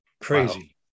Crazy